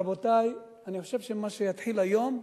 רבותי, אני חושב שמה יתחיל היום,